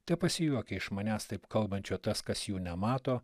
tepasijuokia iš manęs taip kalbančio tas kas jų nemato